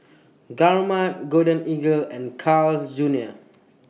Gourmet Golden Eagle and Carl's Junior